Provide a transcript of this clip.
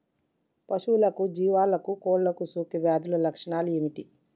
పశువులకు జీవాలకు కోళ్ళకు సోకే వ్యాధుల లక్షణాలు ఏమిటి?